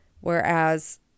whereas